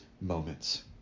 moments